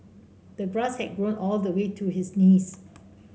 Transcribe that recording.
the grass had grown all the way to his knees